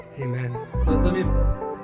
Amen